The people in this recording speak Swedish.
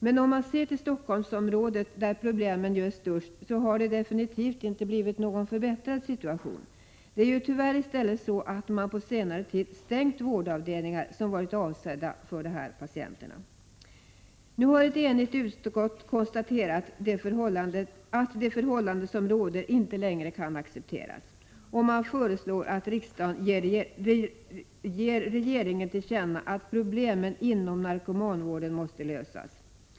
Men om man ser till Stockholmsområdet, där problemen är störst, finner man att situationen definitivt inte förbättrats. På senare tid har tyvärr i stället vårdavdelningar stängts som varit avsedda för dessa patienter. Nu har ett enigt utskott konstaterat att det förhållande som råder inte längre kan accepteras. Utskottet föreslår att riksdagen ger regeringen till känna att problemen inom narkomanvården måste lösas.